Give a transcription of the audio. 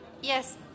Yes